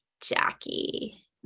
Jackie